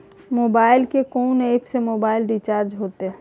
Bank के कोन app से मोबाइल रिचार्ज हेते?